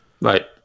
right